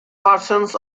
versions